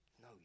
No